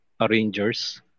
arrangers